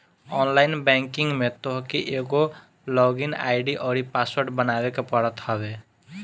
online banking में तोहके एगो लॉग इन आई.डी अउरी पासवर्ड बनावे के पड़त हवे